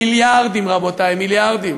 מיליארדים, רבותי, מיליארדים.